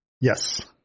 Yes